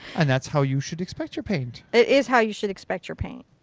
and that's how you should expect your paint. it is how you should expect your paint.